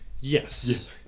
Yes